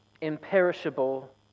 imperishable